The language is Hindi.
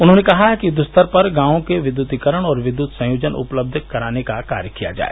उन्होंने कहा है कि यूद्व स्तर पर गांवों के विद्यतीकरण और विद्यत संयोजन उपलब्ध कराने का कार्य किया जाए